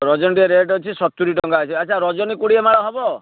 ରଜନୀ ଟିକିଏ ରେଟ୍ ଅଛି ସତୁରି ଟଙ୍କା ଅଛି ଆଚ୍ଛା ରଜନୀ କୋଡ଼ିଏ ମାଳ ହେବ